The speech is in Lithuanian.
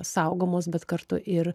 saugomos bet kartu ir